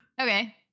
Okay